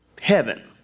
Heaven